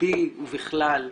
ובי ובכלל,